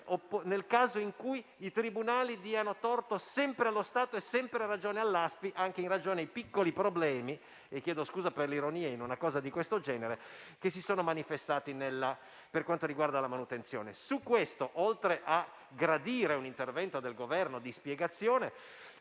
nel caso in cui i tribunali dessero torto sempre allo Stato e sempre ragione ad Autostrade per l'Italia, anche in ragione dei piccoli problemi - chiedo scusa per l'ironia in una cosa di questo genere - che si sono manifestati per quanto riguarda la manutenzione. Su questo, oltre a gradire un intervento del Governo di spiegazione,